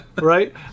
right